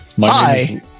Hi